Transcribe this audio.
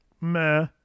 meh